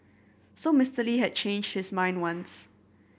so Mr Lee had changed his mind once